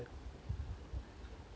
is like